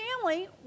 family